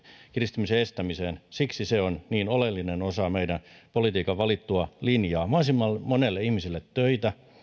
kiristymisen estämiseen on niin oleellinen osa meidän politiikkamme valittua linjaa mahdollisimman monelle ihmiselle töitä